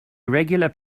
irregular